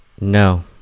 No